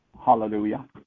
hallelujah